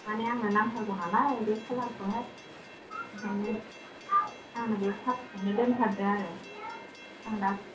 माने आंनो नांथारगौ नालाय बे खालारखौनो माने आंनो बे खालारखौनो दोनथारदो आरो आं दा